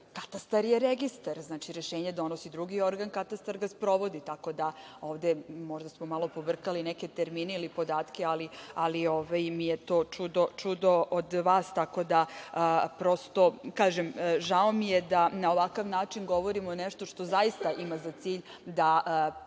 Katastar je registar. Rešenja donosi drugi organ, Katastar ga sprovodi, tako da ovde možda smo malo pobrkali neke termine ili podatke, ali mi je to čudno od vas. Tako da, prosto kažem, žao mi je da na ovakav način govorimo nešto što zaista ima za cilj da pojednostavi